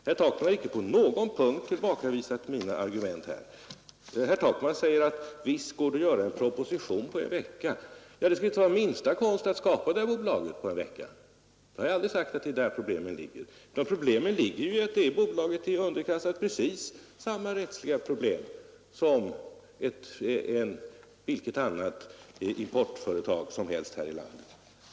Herr Takman har icke på någon punkt tillbakavisat mina argument. Han säger att det visst går att göra en proposition på en vecka. Ja, det är ingen konst att skapa ett sådant här bolag på en vecka. Det är inte däri problemet ligger. Problemet är att det bolaget är underkastat precis samma rättsliga bestämmelser som vilket annat importföretag som helst här i landet.